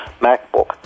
MacBook